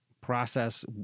process